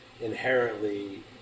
inherently